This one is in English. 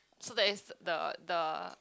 so that is the the